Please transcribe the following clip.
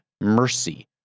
mercy